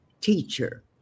teacher